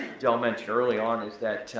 del mentioned early on is that,